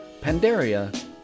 Pandaria